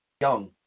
young